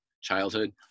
childhood